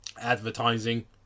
Advertising